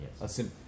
Yes